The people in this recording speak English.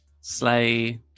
Slay